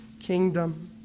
kingdom